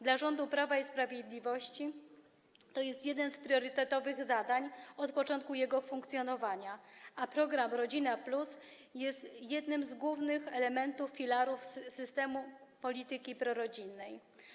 Dla rządu Prawa i Sprawiedliwości to jedno z priorytetowych zadań od początku jego funkcjonowania, a program „Rodzina 500+” jest jednym z głównych elementów, filarów systemu polityki prorodzinnej.